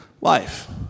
life